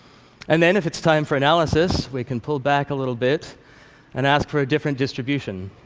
and then if it's time for analysis, we can pull back a little bit and ask for a different distribution.